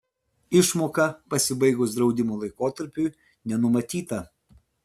išmoka pasibaigus draudimo laikotarpiui nenumatyta